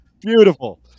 Beautiful